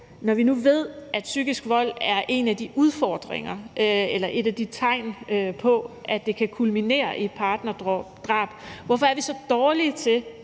Når vi nu ved, at psykisk vold er en af de ting, som kan kulminere i et partnerdrab, hvorfor er vi så stadig væk